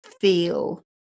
feel